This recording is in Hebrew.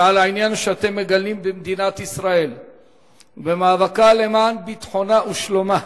ועל העניין שאתם מגלים במדינת ישראל במאבקה למען ביטחונה ושלומה.